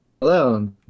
Hello